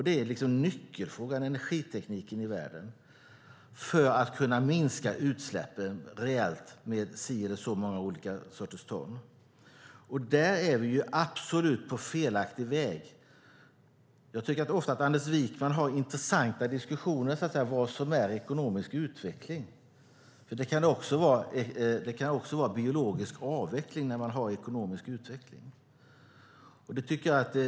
Det är nyckelfrågan för att kunna minska utsläppen rejält med si eller så många ton, men där är vi absolut på fel väg. Jag tycker att Anders Wijkman ofta har intressanta diskussioner om vad som är ekonomisk utveckling. Det kan också vara biologisk avveckling när man har ekonomisk utveckling.